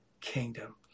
kingdom